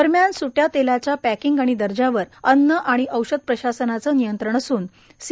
दरम्यान सूट्या तेलाच्या पॅकिंग आणि दर्जावर अन्न आणि औषध प्रशासनाचे नियंत्रण असून सी